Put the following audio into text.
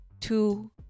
two